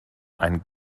eine